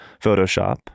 Photoshop